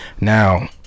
Now